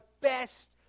best